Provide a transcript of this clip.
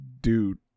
dude